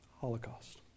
Holocaust